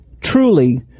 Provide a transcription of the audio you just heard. Truly